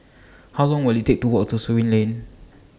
How Long Will IT Take to Walk to Surin Lane